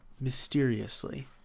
Mysteriously